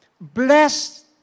Bless